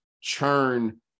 churn